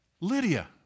Lydia